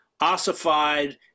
ossified